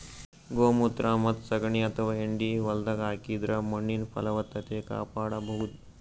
ಗೋಮೂತ್ರ ಮತ್ತ್ ಸಗಣಿ ಅಥವಾ ಹೆಂಡಿ ಹೊಲ್ದಾಗ ಹಾಕಿದ್ರ ಮಣ್ಣಿನ್ ಫಲವತ್ತತೆ ಕಾಪಾಡಬಹುದ್